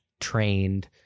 Trained